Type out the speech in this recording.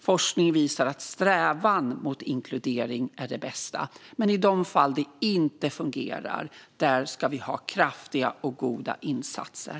Forskning visar att strävan mot inkludering är det bästa, men i de fall det inte fungerar ska vi ha kraftiga och goda insatser.